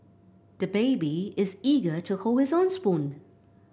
the baby is eager to hold his own spoon